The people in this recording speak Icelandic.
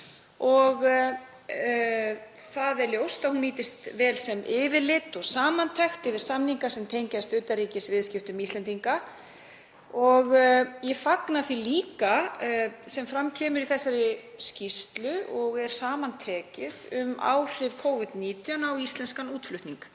Það er ljóst að hún nýtist vel sem yfirlit og samantekt yfir samninga sem tengjast utanríkisviðskiptum Íslendinga. Ég fagna því líka sem fram kemur í þessari skýrslu og er samantekið um áhrif Covid-19 á íslenskan útflutning.